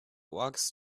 walks